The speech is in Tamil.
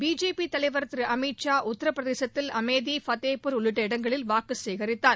பிஜேபி தலைவர் திரு அமித் ஷா உத்தரப்பிரதேசத்தில் அமேதி பதேப்பூர் உள்ளிட்ட இடங்களில் வாக்குசேகரித்தார்